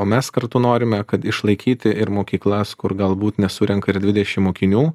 o mes kartu norime kad išlaikyti ir mokyklas kur galbūt nesurenka ir dvidešim mokinių